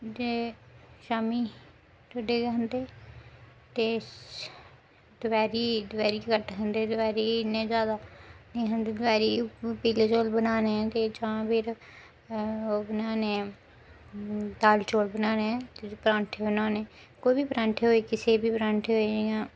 दिने शाम्मी टोड्डे गै खंदे ते दपैहरी दपैहरी घट्ट गै खंदे दपैहरी इन्ने ज्यादा नी खंदे दपैहरी पीले चोल बनाने ते जां फिर ओह् बनाने दाल चौल बनाने परांठे बनाने कोई बी परांठे होए किसै दे बी परांठे होए जियां